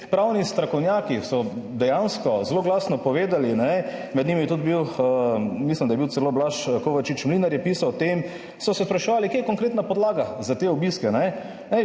pravni strokovnjaki so dejansko zelo glasno povedali, med njimi je tudi bil, mislim, da je bil celo Blaž Kovačič, Mlinar je pisal o tem, so se spraševali, kje je konkretna podlaga za te obiske.